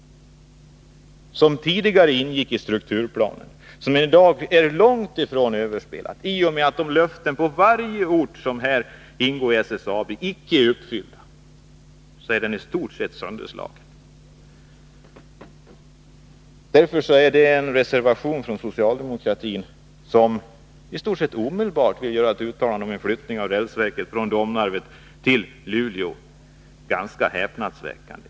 En flyttning av produktionen av järnvägsräls ingick tidigare i strukturplanen, och det förslaget är i dag långt ifrån överspelat. I och med att löftena till orterna med industrier som ingår i SSAB icke är uppfyllda, är planen i stort sett sönderslagen. Därför är reservationen från socialdemokraterna, som föreslår att det i stort sett omedelbart görs ett uttalande om en flyttning av rälsverket från Domnarvet till Luleå, ganska häpnadsväckande.